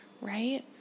right